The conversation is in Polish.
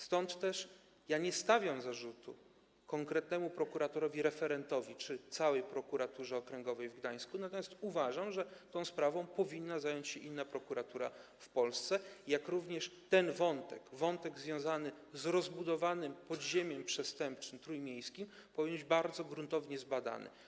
Stąd też ja nie stawiam zarzutu konkretnemu prokuratorowi referentowi czy całej Prokuraturze Okręgowej w Gdańsku, natomiast uważam, że tą sprawą powinna zająć się inna prokuratura w Polsce, jak również że wątek związany z rozbudowanym trójmiejskim podziemiem przestępczym powinien być bardzo gruntownie zbadany.